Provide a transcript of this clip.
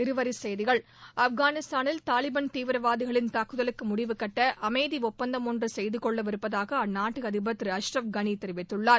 இருவரி செய்திகள் ஆப்கானிஸ்தானில் தாலிபான் தீவிரவாதிகளின் தாக்குதலுக்கு முடிவுகட்ட அமைதி ஒப்பந்தம் ஒன்று செய்து கொள்ளவிருப்பதாக அந்நாட்டு அதிபர் திரு அஷ்ரஃப் கனி தெரிவித்துள்ளார்